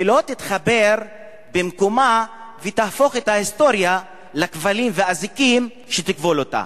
ולא תתחפר במקומה ותהפוך את ההיסטוריה לכבלים ואזיקים שיכבלו אותה.